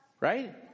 Right